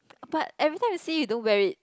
but every time you see you don't wear it